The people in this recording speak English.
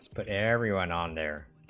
but everyone on their